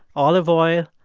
olive oil,